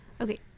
Okay